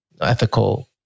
ethical